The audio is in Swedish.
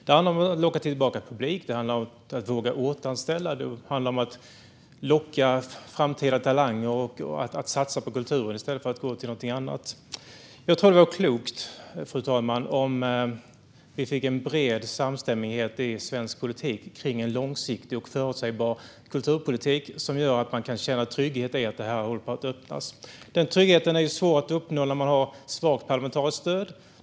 Det handlar om att locka tillbaka publik, att våga återanställa, att locka framtida talanger och att satsa på kulturen i stället för något annat. Fru talman! Det vore klokt om vi fick en bred samstämmighet i svensk politik om en långsiktig och förutsägbar kulturpolitik som gör att det går att känna trygghet i öppnandet. Den tryggheten är svår att uppnå när det råder ett svagt parlamentariskt stöd.